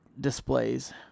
displays